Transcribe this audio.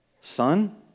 son